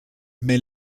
mais